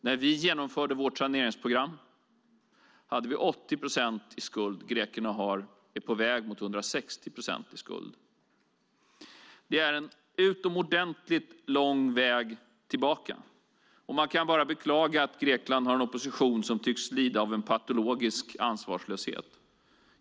När vi genomförde vårt saneringsprogram hade vi 80 procent i skuld, och grekerna är på väg mot 160 procent i skuld. Det är en utomordentligt lång väg tillbaka. Man kan bara beklaga att Grekland har en opposition som tycks lida av en patologisk ansvarslöshet.